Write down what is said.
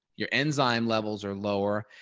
your enzyme levels are lower,